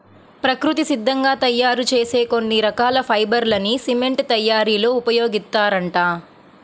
ప్రకృతి సిద్ధంగా తయ్యారు చేసే కొన్ని రకాల ఫైబర్ లని సిమెంట్ తయ్యారీలో ఉపయోగిత్తారంట